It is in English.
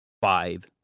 five